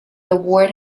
award